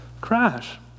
crash